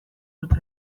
dute